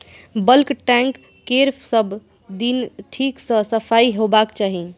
bulk tank केर सब दिन ठीक सं सफाइ होबाक चाही